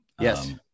Yes